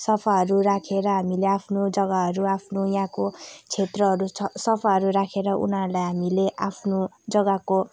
सफाहरू राखेर हामीले आफ्नो जग्गाहरू आफ्नो यहाँको क्षेत्रहरू सफाहरू राखेर उनीहरूलाई हामीले आफ्नो जग्गाको